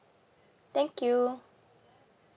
thank you